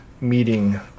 meeting